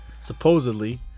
supposedly